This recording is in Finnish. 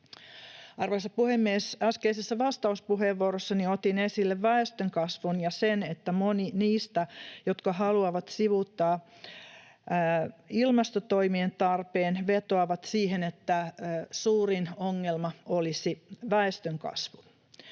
Arvoisa puhemies! Äskeisessä vastauspuheenvuorossani otin esille väestönkasvun ja sen, että moni niistä, jotka haluavat sivuuttaa ilmastotoimien tarpeen, vetoaa siihen, että suurin ongelma olisi väestönkasvu.